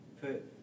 put